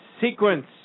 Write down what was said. sequence